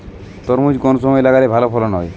তরমুজ কোন সময় লাগালে ভালো ফলন হয়?